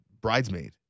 bridesmaid